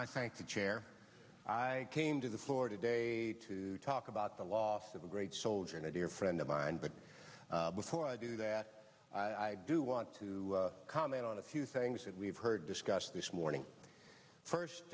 thank the chair i came to the floor today to talk about the loss of a great soldier and a dear friend of mine but before i do that i do want to comment on a few things that we have heard discussed this morning